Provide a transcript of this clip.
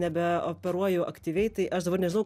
nebeoperuoju aktyviai tai aš dabar nežinau